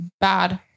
bad